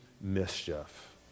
mischief